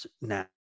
now